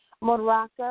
Morocco